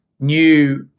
new